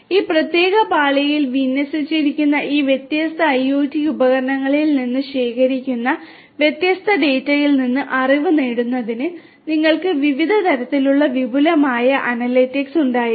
ഈ പ്രത്യേക പാളിയിൽ വിന്യസിച്ചിരിക്കുന്ന ഈ വ്യത്യസ്ത IoT ഉപകരണങ്ങളിൽ നിന്ന് ശേഖരിക്കുന്ന വ്യത്യസ്ത ഡാറ്റയിൽ നിന്ന് അറിവ് നേടുന്നതിന് നിങ്ങൾക്ക് വിവിധ തരത്തിലുള്ള വിപുലമായ അനലിറ്റിക്സ് ഉണ്ടായിരിക്കണം